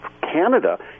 Canada